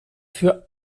für